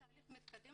יש תהליך מתקדם